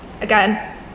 Again